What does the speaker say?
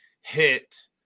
hit